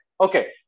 okay